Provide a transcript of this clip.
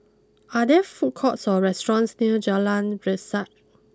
are there food courts or restaurants near Jalan Resak